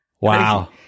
Wow